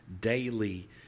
daily